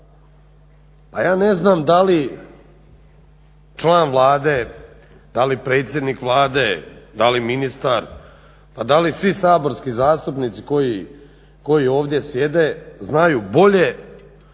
a ja ne znam da li član Vlade, da li predsjednik Vlade, da li ministar, da li svi saborski zastupnici koji ovdje sjede znaju bolje